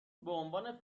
بعنوان